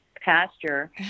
pasture